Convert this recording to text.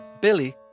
Billy